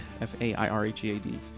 f-a-i-r-h-e-a-d